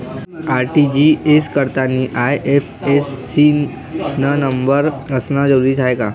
RTGS करतांनी IFSC न number असनं जरुरीच हाय का?